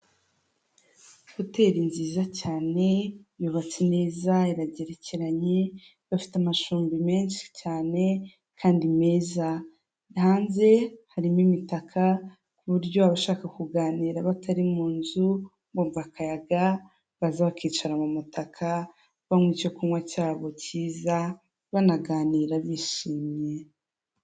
Hoteli nziza cyane yubatse neza iragerekeranye bafite amacumbi menshi cyane kandi meza, hanze harimo imitaka ku buryo abashaka kuganira batari mu nzu bumva akayaga baza bakicara mu mutaka banywa icyo kunywa cyabo cyiza banaganira bishimye.